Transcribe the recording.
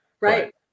Right